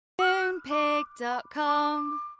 Moonpig.com